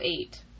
eight